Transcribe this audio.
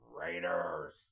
Raiders